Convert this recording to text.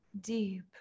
deep